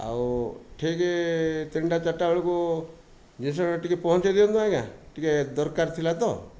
ଆଉ ଠିକ ତିନିଟା ଚାରିଟା ବେଳକୁ ଜିନିଷଟା ଟିକେ ପହଞ୍ଚେଇ ଦିଅନ୍ତୁ ଆଜ୍ଞା ଟିକେ ଦରକାର ଥିଲା ତ